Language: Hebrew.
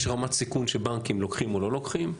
יש רמת סיכון שבנקים לוקחים או לא לוקחים,